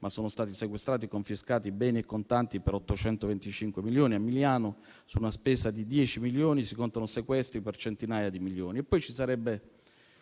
ma sono stati sequestrati e confiscati beni e contanti per 825 milioni. A Milano, su una spesa di 10 milioni, si contano sequestri per centinaia di milioni.